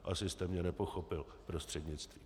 Asi jste mě nepochopil, prostřednictvím.